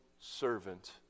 servant